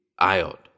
Iod